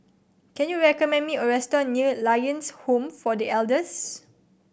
can you recommend me a restaurant near Lions Home for The Elders